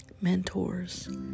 mentors